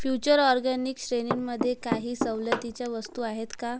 future organics श्रेणींमध्ये काही सवलतीच्या वस्तू आहेत का